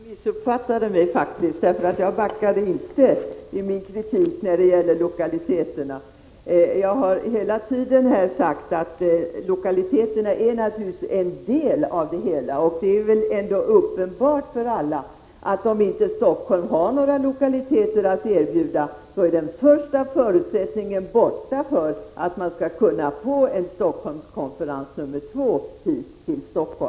Herr talman! Jag tror faktiskt att Sture Ericson missuppfattade mig. Jag backade inte i min kritik när det gäller lokaliteterna. Hela tiden har jag sagt att lokaliteterna är naturligtvis en del av det hela. Och det är väl ändå uppenbart för alla att om inte Stockholm har några lokaliteter att erbjuda, så är den första förutsättningen borta när det gäller att få en Stockholmskonferens 2.